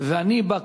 שתהיה מחאת קיץ.